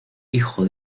hijo